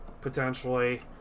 potentially